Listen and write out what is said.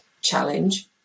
challenge